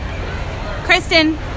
Kristen